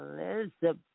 Elizabeth